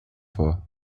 for